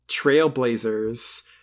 trailblazers